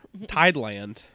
Tideland